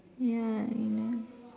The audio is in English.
ya you know